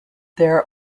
there